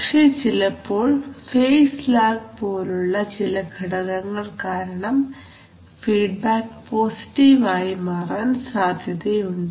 പക്ഷേ ചിലപ്പോൾഫേസ് ലാഗ് പോലുള്ള ചില ഘടകങ്ങൾ കാരണം ഫീഡ്ബാക്ക് പോസിറ്റീവ് ആയി മാറാൻ സാധ്യതയുണ്ട്